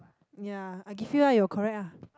ya I give you ah you're correct ah